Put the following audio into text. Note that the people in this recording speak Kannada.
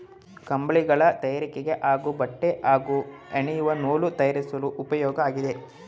ಕಂಬಳಿಗಳ ತಯಾರಿಕೆಗೆ ಹಾಗೂ ಬಟ್ಟೆ ಹಾಗೂ ಹೆಣೆಯುವ ನೂಲು ತಯಾರಿಸಲು ಉಪ್ಯೋಗ ಆಗಿದೆ